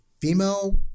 female